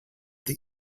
the